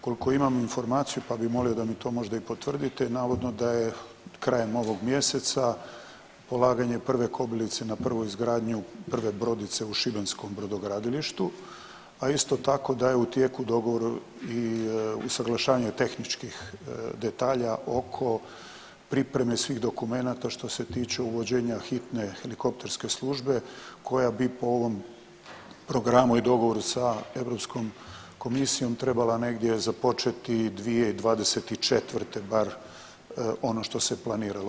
Koliko imam informaciju pa bi molio da mi to možda i potvrdite, navodno da je krajem ovog mjeseca polaganje prve kobilice na prvu izgradnju prve brodice u šibenskom brodogradilištu, a isto tako da je u tijeku dogovor i usuglašavanje tehničkih detalja oko pripreme svih dokumenata što se tiče uvođenja hitne helikopterske službe koja bi po ovom programu i dogovoru sa Europskom komisijom treba negdje započeti 2024. bar ono što se planirano.